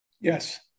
Yes